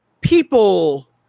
people